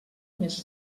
més